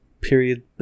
period